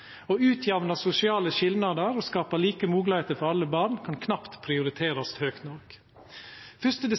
utjamna sosiale skilnader og skapa like moglegheiter for alle barn kan knapt prioriterast høgt nok.